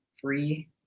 Free